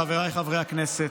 חבריי חברי הכנסת,